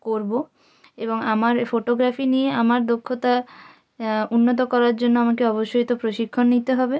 করবো এবং আমার ফোটোগ্রাফি নিয়ে আমার দক্ষতা উন্নত করার জন্য আমাকে অবশ্যই তো প্রশিক্ষণ নিতে হবে